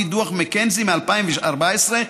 לפי דוח מקנזי מ-2014,